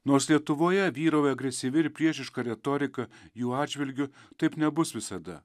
nors lietuvoje vyrauja agresyvi ir priešiška retorika jų atžvilgiu taip nebus visada